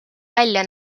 välja